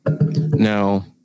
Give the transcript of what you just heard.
Now